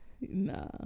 nah